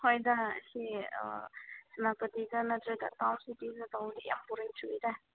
ꯍꯣꯏꯗ ꯑꯁꯤ ꯑꯥ ꯁꯦꯅꯥꯄꯇꯤꯗ ꯅꯠꯇ꯭ꯔꯒ ꯇꯥꯎꯟ ꯁꯤꯇꯤꯗ ꯇꯧꯕꯗꯤ ꯌꯥꯝ ꯕꯣꯔꯤꯡ ꯆꯨꯏꯗ